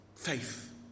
faith